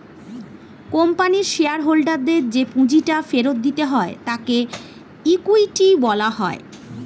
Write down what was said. কোম্পানির শেয়ার হোল্ডারদের যে পুঁজিটা ফেরত দিতে হয় তাকে ইকুইটি বলা হয়